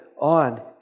on